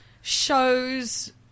shows